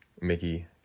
Mickey